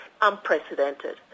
unprecedented